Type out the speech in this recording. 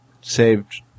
saved